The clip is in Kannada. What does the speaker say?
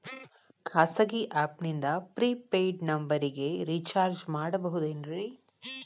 ಖಾಸಗಿ ಆ್ಯಪ್ ನಿಂದ ಫ್ರೇ ಪೇಯ್ಡ್ ನಂಬರಿಗ ರೇಚಾರ್ಜ್ ಮಾಡಬಹುದೇನ್ರಿ?